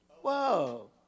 Whoa